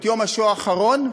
ביום השואה האחרון,